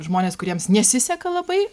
žmonės kuriems nesiseka labai